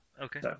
Okay